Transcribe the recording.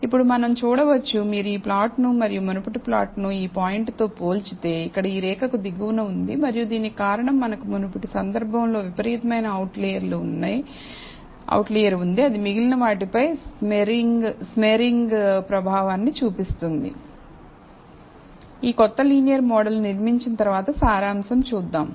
ఇప్పుడు మనం చూడవచ్చు మీరు ఈ ప్లాట్ ను మరియు మునుపటి ప్లాట్ను ఈ పాయింట్తో పోల్చితే ఇక్కడ ఈ రేఖకు దిగువన ఉంది మరియు దీనికి కారణం మనకు మునుపటి సందర్భంలో విపరీతమైన అవుట్లియర్ ఉంది అది మిగిలిన వాటిపై స్మెరింగ్ ప్రభావాన్ని చూపింది ఈ కొత్త లీనియర్ మోడల్ను నిర్మించిన తరువాత సారాంశం చూద్దాం